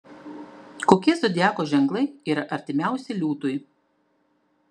kokie zodiako ženklai yra artimiausi liūtui